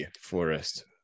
Forest